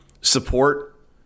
support